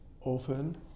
often